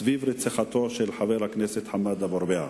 סביב רציחתו של חבר הכנסת חמאד אבו-רביעה.